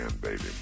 baby